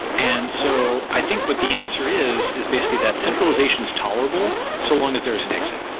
and so i think what the answer is is basically that centralization is tolerable so long as there is an exit.